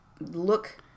look